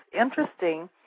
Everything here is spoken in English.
interesting